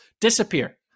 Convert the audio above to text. disappear